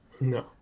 no